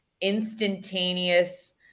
instantaneous